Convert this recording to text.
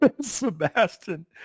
sebastian